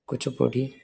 Kuchipudi